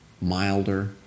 Milder